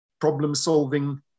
problem-solving